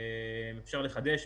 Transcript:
אפשר לחדש,